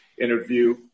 interview